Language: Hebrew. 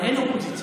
אבל אין אופוזיציה.